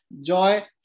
joy